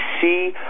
see